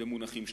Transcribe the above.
במונחים שנתיים.